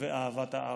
ואהבת הארץ.